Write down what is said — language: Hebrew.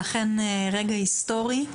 אכן זה רגע היסטורי,